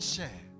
Share